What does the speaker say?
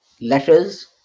letters